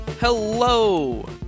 Hello